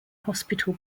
hospital